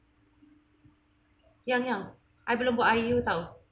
ya ya I belum buat air you tahu